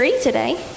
today